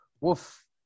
woof